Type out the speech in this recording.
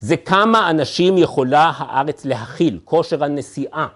זה כמה אנשים יכולה הארץ להכיל, כושר הנסיעה.